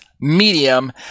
medium